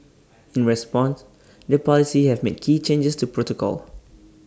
in response the Police have made key changes to protocol